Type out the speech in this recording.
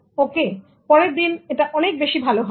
ওকে পরেরদিন এটা অনেক বেশি ভালো হবে